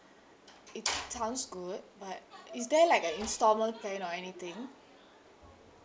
it sounds good but is there like an instalment plan or anything